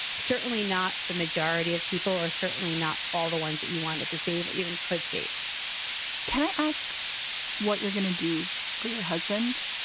certainly not the majority of people or certainly not all the ones that you wanted to save or even could save can i ask what you're gonna do for your husband?